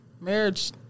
marriage